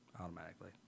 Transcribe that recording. Automatically